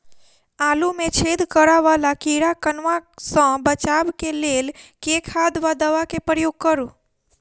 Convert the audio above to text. आलु मे छेद करा वला कीड़ा कन्वा सँ बचाब केँ लेल केँ खाद वा दवा केँ प्रयोग करू?